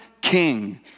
king